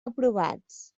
aprovats